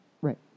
Right